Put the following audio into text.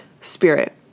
spirit